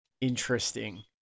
Interesting